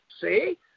See